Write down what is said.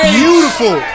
beautiful